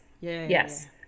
Yes